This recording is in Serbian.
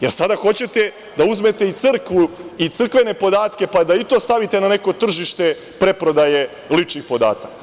Jel sada hoćete da uzmete i crkvu i crkvene podatke, pa da i to stavite na neko tržište preprodaje ličnih podataka?